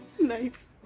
Nice